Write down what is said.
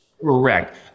Correct